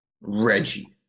Reggie